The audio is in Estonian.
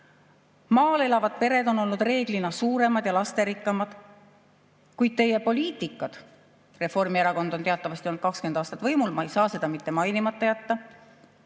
Maal elavad pered on olnud reeglina suuremad ja lasterikkamad. Kuid teie poliitika – Reformierakond on teatavasti olnud 20 aastat võimul, ma ei saa seda mitte mainimata jätta